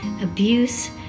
abuse